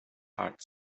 heart